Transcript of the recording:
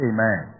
Amen